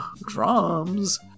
drums